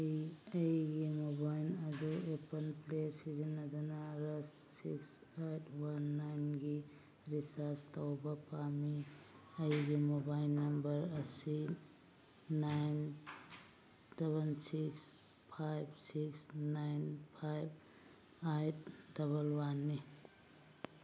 ꯑꯩ ꯑꯩꯒꯤ ꯃꯣꯕꯥꯏꯜ ꯑꯗꯨ ꯑꯦꯄꯜ ꯄꯦ ꯁꯤꯖꯤꯟꯅꯗꯨꯅ ꯔꯁ ꯁꯤꯛꯁ ꯑꯩꯠ ꯋꯥꯟ ꯅꯥꯏꯟꯒꯤ ꯔꯤꯆꯥꯔꯖ ꯇꯧꯕ ꯄꯥꯝꯃꯤ ꯑꯩꯒꯤ ꯃꯣꯕꯥꯏꯜ ꯅꯝꯕꯔ ꯑꯁꯤ nine double six five six nine five eight double ꯋꯥꯟꯅꯤ